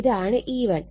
ഇതാണ് E1